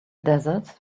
desert